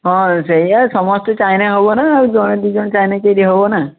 ହଁ ସେୟା ସମସ୍ତେ ଚାହିଁଲେ ହେବନା ଜଣେ ଦୁଇଜଣ ଚାହିଁଲେ କିଛି ହେବନା